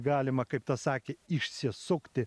galima kaip tas sakė išsisukti